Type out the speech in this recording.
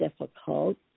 difficult